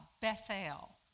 Bethel